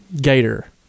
Gator